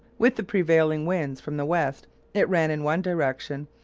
with the prevailing winds from the west it ran in one direction,